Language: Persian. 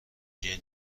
gen